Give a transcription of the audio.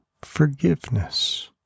forgiveness